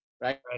right